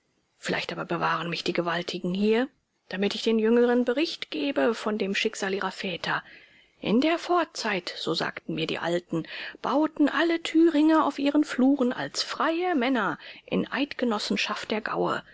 vielleicht aber bewahren mich die gewaltigen hier damit ich den jüngeren bericht gebe von dem schicksal ihrer väter in der vorzeit so sagten mir die alten bauten alle thüringe auf ihren fluren als freie männer in eidgenossenschaft der gaue